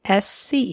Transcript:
SC